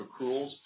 accruals